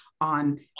on